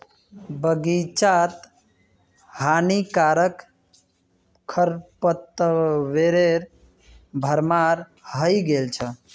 बग़ीचात हानिकारक खरपतवारेर भरमार हइ गेल छ